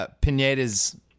Pineda's